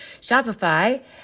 Shopify